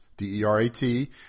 D-E-R-A-T